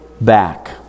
back